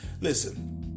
Listen